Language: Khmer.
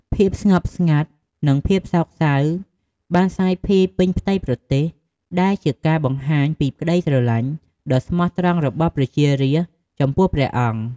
ភាពស្ងប់ស្ងាត់ និងភាពសោកសៅបានសាយភាយពេញផ្ទៃប្រទេស ដែលជាការបង្ហាញពីក្ដីស្រឡាញ់ដ៏ស្មោះត្រង់របស់ប្រជារាស្ត្រចំពោះព្រះអង្គ។